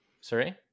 Sorry